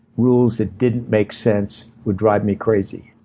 rules that didn't make sense would drive me crazy.